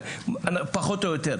למי אני צריכה לגשת או מה אני צריכה לעשות.